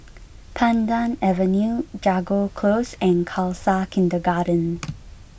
Pandan Avenue Jago Close and Khalsa Kindergarten